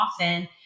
often